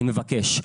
אני מבקש,